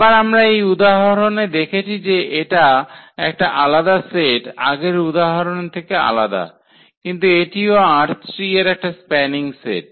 আবার আমরা এই উদাহরণে দেখেছি যে এটা একটা আলাদা সেট আগের উদাহরণ এর থেকে আলাদা কিন্তু এটিও ℝ3 এর একটা স্প্যানিং সেট